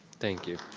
thank you.